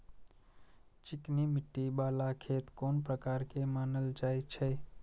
चिकनी मिट्टी बाला खेत कोन प्रकार के मानल जाय छै?